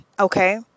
Okay